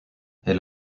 elle